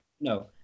no